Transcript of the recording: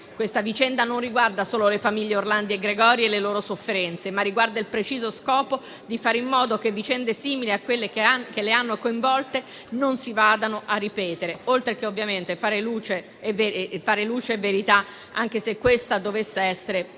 Questa vicenda non riguarda solo le famiglie Orlandi e Gregori e le loro sofferenze, ma il preciso scopo di fare in modo che vicende simili a quelle che le hanno coinvolte non si ripetano oltre che, ovviamente, di fare luce e verità, anche se questa dovesse essere per